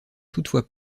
toutefois